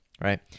Right